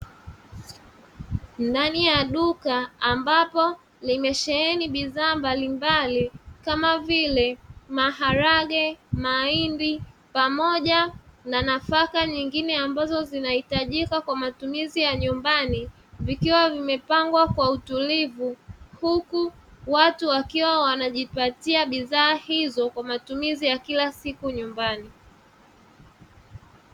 Ndani ya duka ambapo limesheheni bidhaa mbalimbali kama vile: maharage, mahindi pamoja na nafaka nyingine ambazo zinahitajika kwa matumizi ya nyumbani, vikiwa vimepangwa kwa utulivu huku watu wakiwa wanajipatia bidhaa hizo kwa matumizi ya kila siku nyumbani.